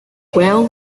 well